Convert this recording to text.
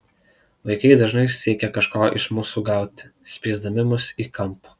vaikai dažnai siekia kažko iš mūsų gauti spiesdami mus į kampą